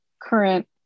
current